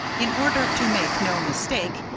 in order to make no mistake,